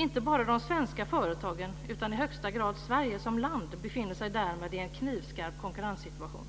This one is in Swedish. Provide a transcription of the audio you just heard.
Inte bara de svenska företagen utan i högsta grad Sverige som land befinner sig därmed i en knivskarp konkurrenssituation.